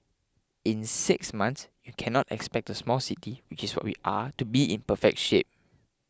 in six months you cannot expect a small city which is what we are to be in perfect shape